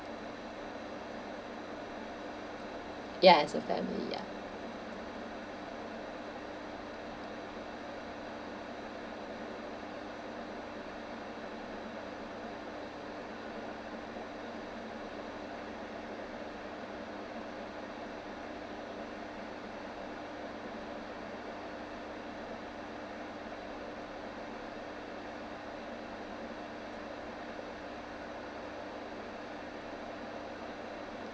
yes as a family ya